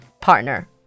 Partner